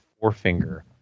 forefinger